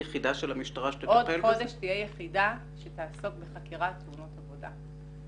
עוד חודש תהיה יחידה שתעסוק בחקירת תאונות עבודה.